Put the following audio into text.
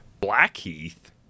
Blackheath